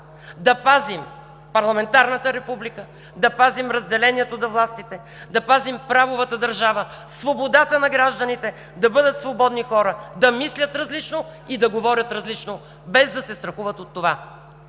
да пазим парламентарната република, да пазим разделението на властите, да пазим правовата държава, свободата на гражданите, да бъдат свободни хора, да мислят различно и да говорят различно, без да се страхуват от това.